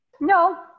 No